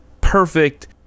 perfect